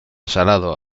salado